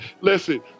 Listen